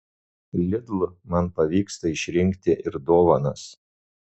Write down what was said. lidl man pavyksta išrinkti ir dovanas